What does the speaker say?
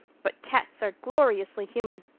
but cats are gloriously human.